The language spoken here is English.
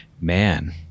man